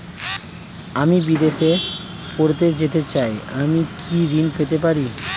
আমি বিদেশে পড়তে যেতে চাই আমি কি ঋণ পেতে পারি?